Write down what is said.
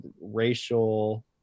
racial